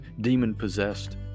demon-possessed